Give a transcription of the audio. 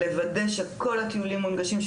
לוודא שכל הטיולים מונגשים,